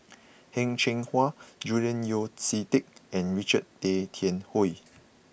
Heng Cheng Hwa Julian Yeo See Teck and Richard Tay Tian Hoe